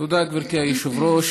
תודה, גברתי היושבת-ראש.